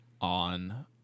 on